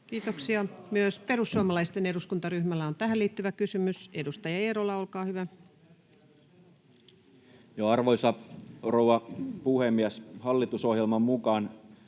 Myös perussuomalaisten eduskuntaryhmällä on tähän liittyvä kysymys. — Edustaja Eerola, olkaa hyvä. Arvoisa rouva puhemies! Hallitusohjelman mukaan